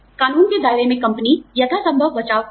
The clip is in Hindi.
कानून के दायरे में कंपनी यथासंभव बचाव करेगी